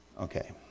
okay